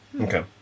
Okay